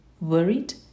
worried